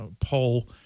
poll